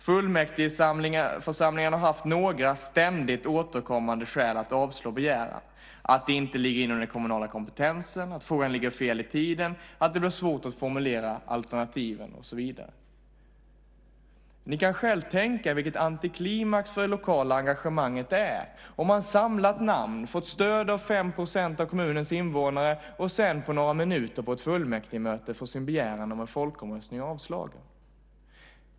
Fullmäktigeförsamlingarna har haft några ständigt återkommande skäl att avslå begäran: att det inte ligger inom den kommunala kompetensen, att frågan ligger fel i tiden, att det blir svårt att formulera alternativen och så vidare. Ni kan själva tänka er vilket antiklimax för det lokala engagemanget det är om man har samlat namn, fått stöd av 5 % av kommunens invånare och sedan på några minuter på ett fullmäktigemöte får sin begäran om en folkomröstning avslagen.